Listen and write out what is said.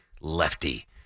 lefty